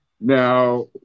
now